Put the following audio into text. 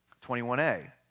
21a